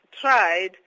tried